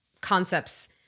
concepts